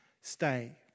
stay